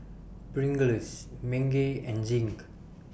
Pringles Bengay and Zinc